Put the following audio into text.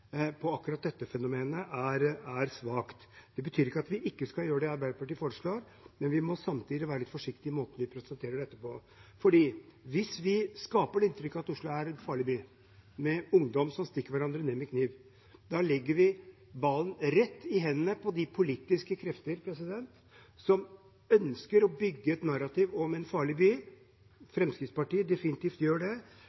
akkurat dette fenomenet er svakt. Det betyr ikke at vi ikke skal gjøre det Arbeiderpartiet foreslår, men vi må samtidig være litt forsiktig i måten vi presenterer dette på. Hvis vi skaper inntrykk av at Oslo er en farlig by, med ungdom som stikker hverandre ned med kniv, legger vi ballen rett i hendene på de politiske krefter som ønsker å bygge et narrativ om en farlig by